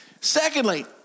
Secondly